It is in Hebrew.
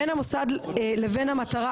בין המוסד לבין המטרה